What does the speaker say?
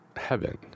heaven